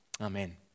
Amen